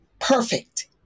perfect